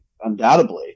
undoubtedly